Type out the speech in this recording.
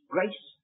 Grace